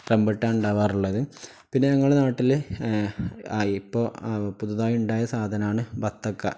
rambutan ഉണ്ടാകാറുള്ളത് പിന്നെ ഞങ്ങളുടെ നാട്ടില് ആ ഇപ്പോള് പുതിയതായി ഉണ്ടായ സാധനമാണ് വത്തയ്ക്ക